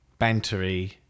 bantery